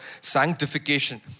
sanctification